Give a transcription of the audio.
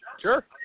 Sure